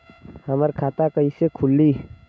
हमार खाता कईसे खुली?